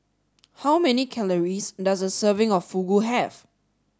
how many calories does a serving of Fugu have